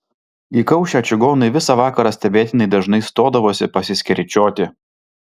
įkaušę čigonai visą vakarą stebėtinai dažnai stodavosi pasiskeryčioti